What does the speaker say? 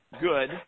good